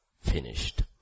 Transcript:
finished